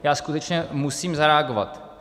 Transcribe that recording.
Já skutečně musím zareagovat.